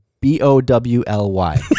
B-O-W-L-Y